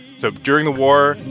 so during the war,